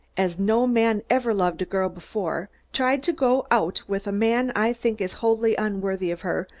as no man ever loved a girl before, tries to go out with a man i think is wholly unworthy of her,